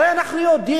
הרי אנחנו יודעים,